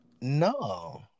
No